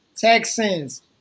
Texans